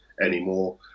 anymore